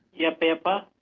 yapa yapa,